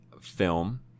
film